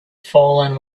fallen